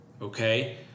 okay